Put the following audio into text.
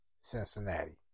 Cincinnati